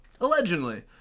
allegedly